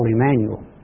Emmanuel